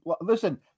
listen